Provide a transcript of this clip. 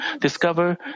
discover